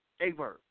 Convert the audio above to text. A-verb